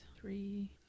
three